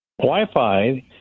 Wi-Fi